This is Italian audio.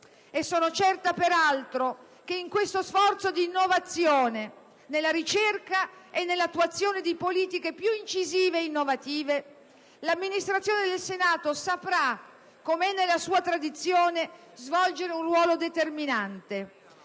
Sono certa, peraltro, che in questo sforzo di innovazione nella ricerca e nell'attuazione di politiche più incisive ed innovative l'amministrazione del Senato saprà, come è nella sua tradizione, svolgere un ruolo determinante.